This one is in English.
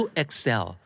excel